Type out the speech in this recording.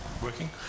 working